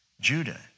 Judah